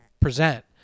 present